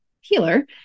healer